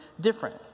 different